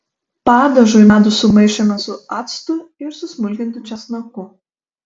padažui medų sumaišome su actu ir susmulkintu česnaku